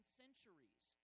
centuries